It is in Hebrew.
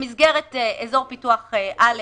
במסגרת אזור פיתוח א',